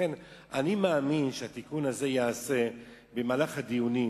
לכן אני מאמין שהתיקון הזה ייעשה במהלך הדיונים.